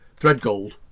Threadgold